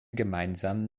gemeinsamen